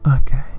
Okay